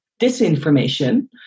disinformation